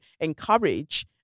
encourage